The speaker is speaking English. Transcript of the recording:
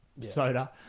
soda